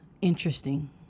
Interesting